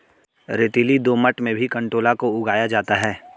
रेतीली दोमट में भी कंटोला को उगाया जाता है